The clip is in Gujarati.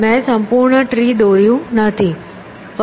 મેં સંપૂર્ણ ટ્રી દોર્યું નથી